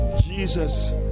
Jesus